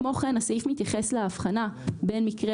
כמו כן הסעיף מתייחס להבחנה בין מקרה